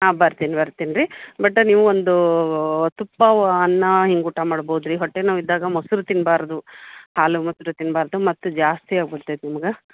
ಹಾಂ ಬರ್ತೀನಿ ಬರ್ತೀನಿ ರೀ ಬಟ ನೀವು ಒಂದು ತುಪ್ಪ ಅನ್ನ ಹಿಂಗೆ ಊಟ ಮಾಡ್ಬೋದು ರೀ ಹೊಟ್ಟೆ ನೋವು ಇದ್ದಾಗ ಮೊಸರು ತಿನ್ನಬಾರ್ದು ಹಾಲು ಮೊಸರು ತಿನ್ನಬಾರ್ದು ಮತ್ತೂ ಜಾಸ್ತಿ ಆಗ್ಬಿಡ್ತೈತೆ ನಿಮ್ಗೆ